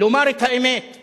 לומר את האמת,